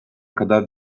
kadar